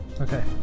Okay